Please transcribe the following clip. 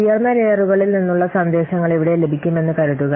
ഉയർന്ന ലെയറുകളിൽ നിന്നുള്ള സന്ദേശങ്ങൾ ഇവിടെ ലഭിക്കുമെന്ന് കരുതുക